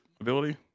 ability